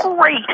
Great